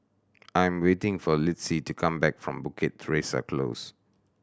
I am waiting for Litzy to come back from Bukit Teresa Close